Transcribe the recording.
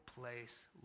place